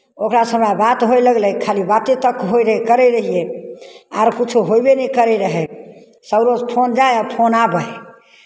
ओकरासँ हमे बात होय लगलै खाली बाते तक होइत रहै करैत रहियै आर किछो होवे नहि करैत रहै सभ रोज फोन जाय आ फोन आबय